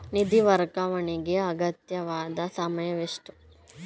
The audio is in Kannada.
ನಿಧಿ ವರ್ಗಾವಣೆಗೆ ಅಗತ್ಯವಾದ ಸಮಯವೆಷ್ಟು?